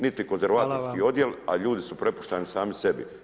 Niti konzervatorski odjel, a ljudi su prepušteni sami sebi.